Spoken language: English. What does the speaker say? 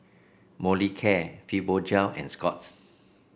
Molicare Fibogel and Scott's